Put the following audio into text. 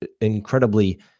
incredibly